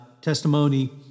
testimony